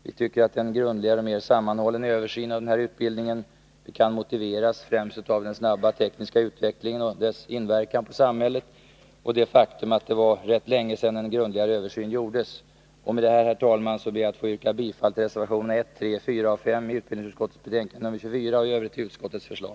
Vi tycker att en grundligare och mer sammanhållen översyn av denna utbildning kan motiveras främst av den snabba tekniska utvecklingen och dess inverkan på samhället samt det faktum att det var rätt länge sedan en grundligare översyn gjordes. Med det anförda, herr talman, ber jag att få yrka bifall till reservationerna 1, 3, 4 och 5 vid utbildningsutskottets betänkande nr 24 och i övrigt till utskottets förslag.